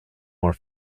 more